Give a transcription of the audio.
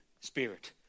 spirit